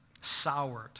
soured